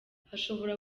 hashobora